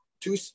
two